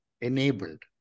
enabled